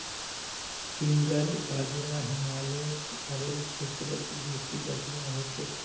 finger बाजरा हिमालय पहाड़ेर क्षेत्रत बेसी बढ़िया हछेक